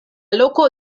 loko